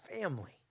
family